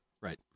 Right